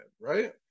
right